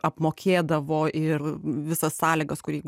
apmokėdavo ir visas sąlygas kur jeigu